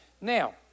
Now